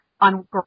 on